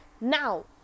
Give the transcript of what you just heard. Now